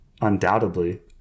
undoubtedly